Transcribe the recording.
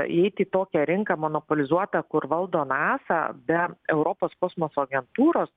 įeiti į tokią rinką monopolizuotą kur valdo nasa be europos kosmoso agentūros